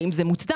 האם זה מוצדק?